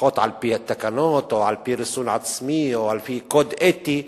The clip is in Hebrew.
לפחות על-פי התקנות או על-פי ריסון עצמי או על-פי קוד אתי,